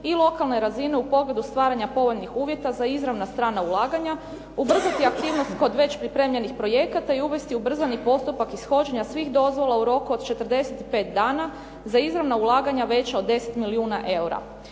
i lokalne razine u pogledu stvaranja povoljnih uvjeta za izravna strana ulaganja, ubrzati aktivnost kod već pripremljenih projekata i uvesti ubrzani postupak ishođenja svih dozvola u roku od 45 dana za izravna ulaganja veća od 10 milijuna eura.